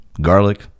garlic